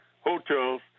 hotels